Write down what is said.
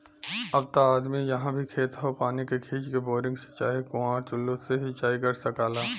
अब त आदमी जहाँ भी खेत हौ पानी के खींच के, बोरिंग से चाहे कुंआ टूल्लू से सिंचाई कर सकला